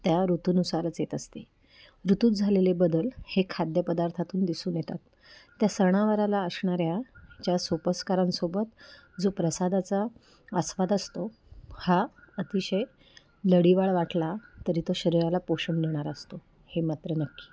त्या ऋतूनुसारच येत असते ऋतूत झालेले बदल हे खाद्यपदार्थातून दिसून येतात त्या सणावाराला असणाऱ्याच्या ज्या सोपस्कारांसोबत जो प्रसादाचा आस्वाद असतो हा अतिशय लडिवाळ वाटला तरी तो शरीराला पोषण देणारा असतो हे मात्र नक्की